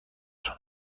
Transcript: schon